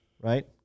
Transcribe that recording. right